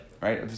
right